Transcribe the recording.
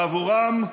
בעבורם,